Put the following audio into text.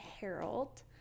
Harold